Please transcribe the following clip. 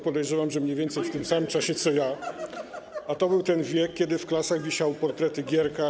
Podejrzewam, że mniej więcej w tym samym czasie co ja, a to był ten czas, kiedy w klasach wisiały portrety Gierka.